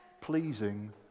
pleasing